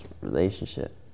relationship